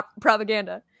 propaganda